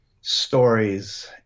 stories